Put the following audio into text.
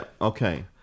okay